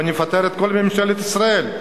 ונפטר את כל ממשלת ישראל,